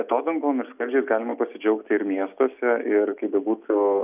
atodangom ir skardžiais galima pasidžiaugti ir miestuose ir kaip bebūtų